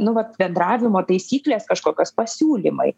nu vat bendravimo taisyklės kažkokios pasiūlymai